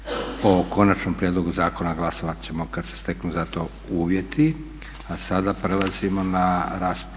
O konačnom prijedlogu zakona glasovat ćemo kad se steknu za to uvjeti.